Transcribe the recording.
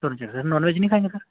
دونوں چٹنی sir non veg نہیں کھائیں گے سر